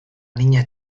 niña